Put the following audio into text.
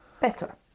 Better